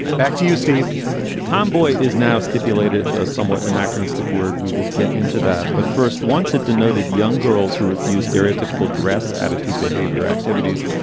back to you, steve tom boy is now stipulated, though somewhat anachronistic word. we will get into that. but first, once it denoted young girls who refuse stereotypical dress attitude, behavior, activities,